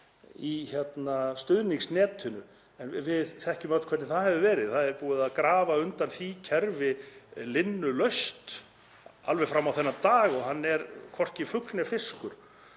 í stuðningsnetinu, en við þekkjum öll hvernig það hefur verið. Búið er að grafa undan því kerfi linnulaust alveg fram á þennan dag og það er hvorki fugl né fiskur.